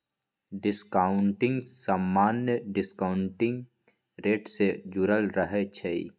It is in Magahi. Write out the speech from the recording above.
डिस्काउंटिंग समान्य डिस्काउंटिंग रेट से जुरल रहै छइ